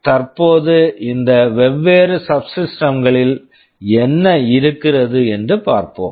தற்போது இந்த வெவ்வேறு சப்ஸிஸ்டெம்ஸ் subsystems களில் என்ன இருக்கிறது என்று பார்ப்போம்